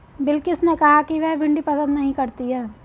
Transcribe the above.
बिलकिश ने कहा कि वह भिंडी पसंद नही करती है